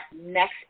next